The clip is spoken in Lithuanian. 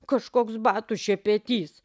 kažkoks batų šepetys